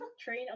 train